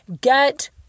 Get